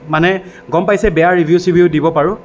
মানে গম পাইছেই বেয়া ৰিভিউ চিভিউ দিব পাৰোঁ